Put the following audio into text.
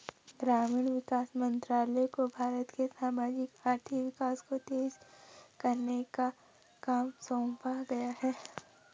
ग्रामीण विकास मंत्रालय को भारत के सामाजिक आर्थिक विकास को तेज करने का काम सौंपा गया है